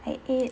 I ate